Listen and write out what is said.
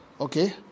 Okay